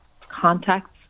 contacts